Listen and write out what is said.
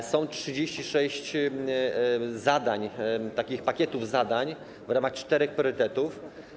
Jest 36 zadań, pakietów zadań w ramach czterech priorytetów.